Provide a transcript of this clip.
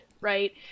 right